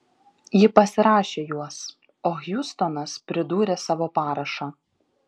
ji pasirašė juos o hjustonas pridūrė savo parašą